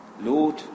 Lord